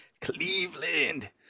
Cleveland